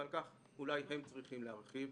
ועל כך אולי הם צריכים להרחיב.